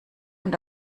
und